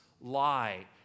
lie